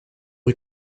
rue